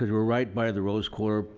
we're right by the rose quarter.